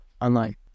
Online